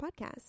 Podcast